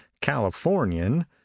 californian